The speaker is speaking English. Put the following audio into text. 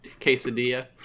quesadilla